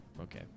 okay